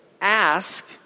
Ask